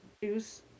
juice